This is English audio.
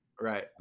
right